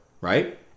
Right